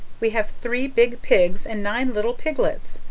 we have three big pigs and nine little piglets,